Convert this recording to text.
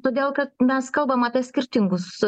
todėl kad mes kalbam apie skirtingus